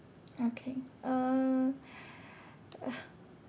okay uh